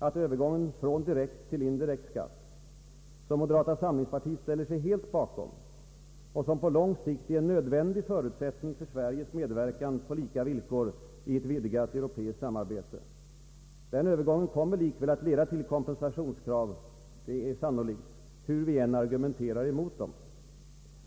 Att övergången från direkt till indirekt skatt som moderata samlingspartiet ställer sig helt bakom och som på lång sikt är en nödvändig förutsättning för Sveriges medverkan på lika villkor i det vidgade europeiska samarbetet likväl kommer att leda till kompensationskrav, är sannolikt, hur vi än argumenterar däremot.